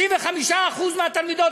65% מהתלמידות,